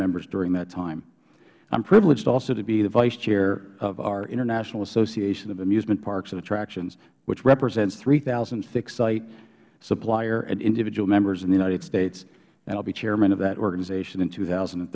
members during that time i am privileged also to be the vice chair of our international association of amusement parks and attractions which represents three thousand fixed site supplier and individual members in the united states and i will be chairman of that organization in two thousand and